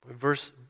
Verse